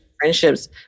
friendships